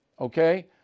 okay